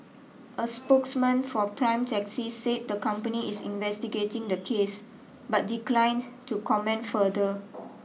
a spokesman for Prime Taxi said the company is investigating the case but declined to comment further